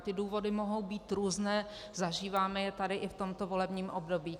Ty důvody mohou být různé, zažíváme je tady i v tomto volebním období.